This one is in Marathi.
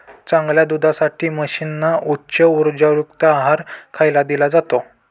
चांगल्या दुधासाठी म्हशींना उच्च उर्जायुक्त आहार खायला दिला जातो